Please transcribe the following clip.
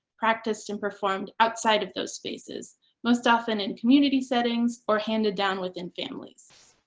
practiced, and performed outside of those spaces most often in community settings or handed down within families.